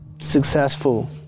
successful